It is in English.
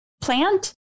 plant